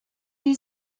you